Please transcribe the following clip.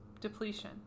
depletion